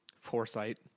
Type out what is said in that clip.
foresight